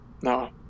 no